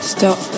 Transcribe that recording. Stop